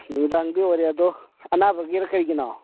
ꯅꯨꯃꯤꯗꯥꯡꯗꯤ ꯑꯣꯏꯔꯦ ꯑꯗꯣ ꯑꯅꯥꯕꯒꯤꯔ ꯀꯔꯤꯒꯤꯅꯣ